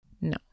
No